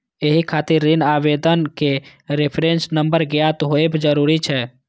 एहि खातिर ऋण आवेदनक रेफरेंस नंबर ज्ञात होयब जरूरी छै